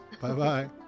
Bye-bye